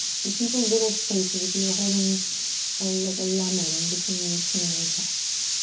so keep a little space, as if you were holding ah like a lemon between your chin and your chest,